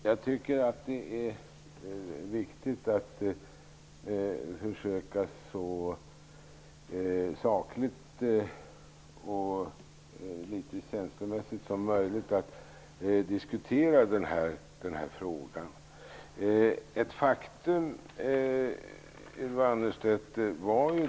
Herr talman! Det är viktigt att så sakligt och så litet känslomässigt som möjligt försöka diskutera denna fråga.